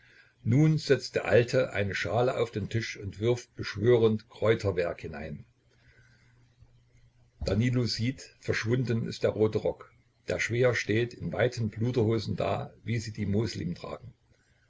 nun setzt der alte eine schale auf den tisch und wirft beschwörend kräuterwerk hinein danilo sieht verschwunden ist der rote rock der schwäher steht in weiten pluderhosen da wie sie die moslim tragen